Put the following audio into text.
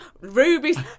Ruby's